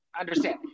understand